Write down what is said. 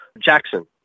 Jackson